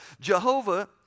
Jehovah